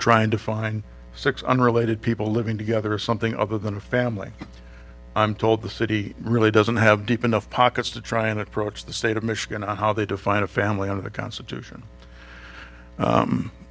trying to find six unrelated people living together or something other than a family i'm told the city really doesn't have deep enough pockets to try and approach the state of michigan on how they define a family under the constitution